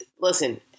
listen